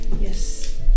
Yes